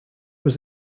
was